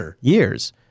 years